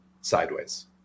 sideways